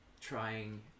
trying